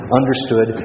understood